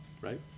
Right